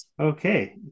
Okay